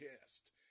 chest